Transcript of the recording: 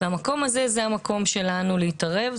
והמקום הזה זה המקום שלנו להתערב,